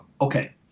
Okay